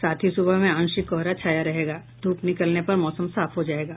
साथ ही सुबह में आंशिक कोहरा छाया रहेगा धूप निकलने पर मौसम साफ हो जायेगा